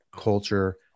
culture